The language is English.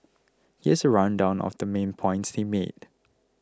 here's a rundown of the main points he made